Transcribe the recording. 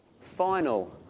final